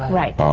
right.